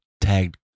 tagged